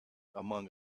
among